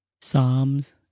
Psalms